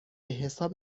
حساب